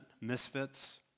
Misfits